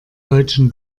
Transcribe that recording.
deutschen